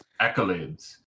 accolades